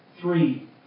three